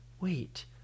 wait